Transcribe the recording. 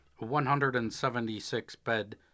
176-bed